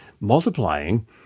multiplying